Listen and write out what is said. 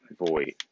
void